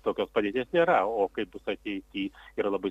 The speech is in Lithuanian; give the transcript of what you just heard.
tokios padėties nėra o kaip bus ateity yra labai